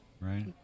Right